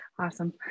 Awesome